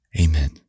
Amen